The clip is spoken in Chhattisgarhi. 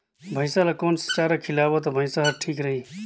भैसा ला कोन सा चारा खिलाबो ता भैंसा हर ठीक रही?